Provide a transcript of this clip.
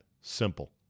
simple